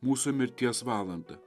mūsų mirties valandą